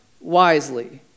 wisely